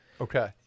Okay